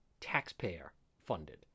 taxpayer-funded